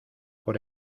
por